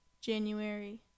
January